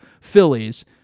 Phillies